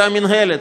זה המינהלת.